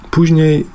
Później